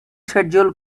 schedule